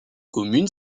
commune